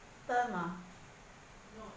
term ah